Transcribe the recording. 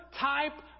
type